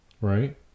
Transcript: right